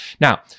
Now